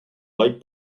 light